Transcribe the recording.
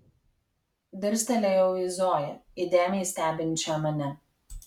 dirstelėjau į zoją įdėmiai stebinčią mane